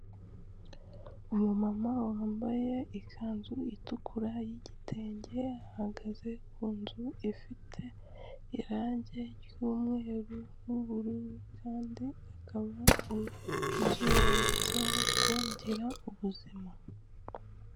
Umu mama wambaye ikanzu itukura y'igitenge ahagaze ku nzu ifite irangi ry'umweru n'ubururu kandi akaba ari inzu yanditseho ngo gira ubuzima.